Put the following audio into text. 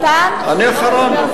גם מתן לא מדבר?